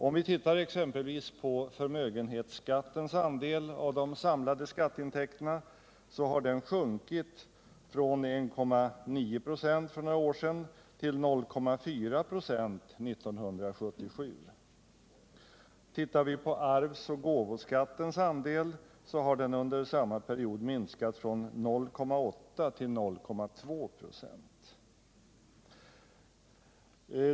Om vi tittar exempelvis på förmögenhetsskattens andel av de samlade skatteintäkterna så finner vi att den har sjunkit från 1,9 23 år 1950 till 0,4 25 år 1977. Arvs och gåvoskattens andel har under samma period minskat från 0,8 till 0,2 "4.